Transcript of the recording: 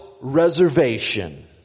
reservation